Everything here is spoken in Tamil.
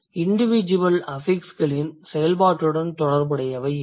இண்டிவிஜுவல் அஃபிக்ஸ்களின் செயல்பாட்டுடன் தொடர்புடையவை இவை